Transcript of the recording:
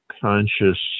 conscious